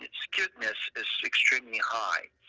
skewedness is extremely high.